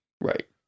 Right